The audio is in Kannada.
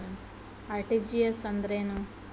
ಆರ್.ಟಿ.ಜಿ.ಎಸ್ ಅಂದ್ರೇನು?